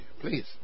Please